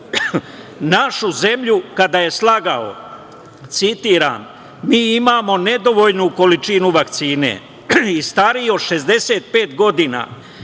našu zemlju kada je slagao, citiram – mi imamo nedovoljnu količinu vakcine i stariji od 65 godina